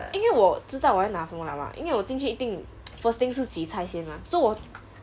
因为我知道我要拿什么 liao 吗因为我进去一定 first thing 是洗菜先 mah so 我